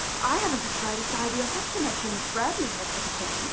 i haven't the slightest idea what connection miss bradley has with the case.